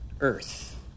Earth